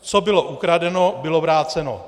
Co bylo ukradeno, bylo vráceno.